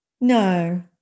No